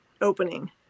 opening